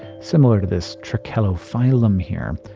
similar to this trachelophyllum here.